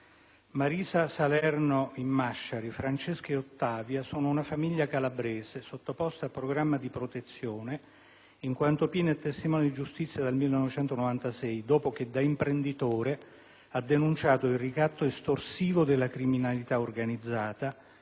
Marisa Salerno in Masciari, Francesco e Ottavia sono una famiglia calabrese sottoposta a programma di protezione in quanto Pino è testimone di giustizia dal 1996, dopo che da imprenditore ha denunciato il ricatto estorsivo della criminalità organizzata,